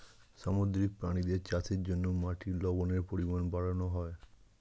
সামুদ্রিক প্রাণীদের চাষের জন্যে মাটির লবণের পরিমাণ বাড়ানো হয়